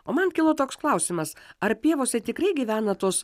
man kilo toks klausimas ar pievose tikrai gyvena tos